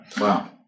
Wow